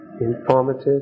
informative